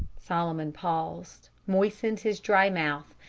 solomon paused, moistened his dry mouth,